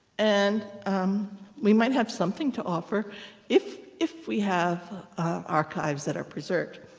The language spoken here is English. and um we might have something to offer if if we have archives that are preserved.